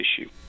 issue